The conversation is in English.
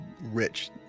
rich